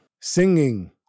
singing